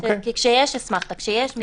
כשיש אסמכתה, כשיש מסמך.